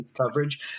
coverage